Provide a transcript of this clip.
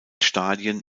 stadien